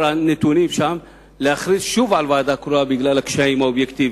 הנתונים שם להכריז שוב על ועדה קרואה בגלל הקשיים האובייקטיביים.